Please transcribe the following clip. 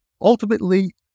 Ultimately